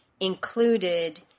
included